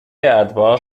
اتباع